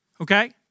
okay